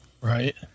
Right